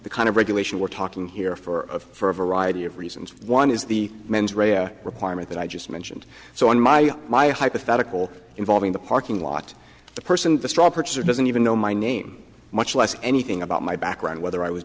the kind of regulation we're talking here for of for a variety of reasons one is the mens rea requirement that i just mentioned so in my my hypothetical involving the parking lot the person the straw purchaser doesn't even know my name much less anything about my background whether i was